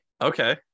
okay